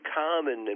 common